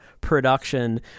production